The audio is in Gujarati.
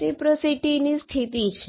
જ તફાવત છે